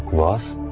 was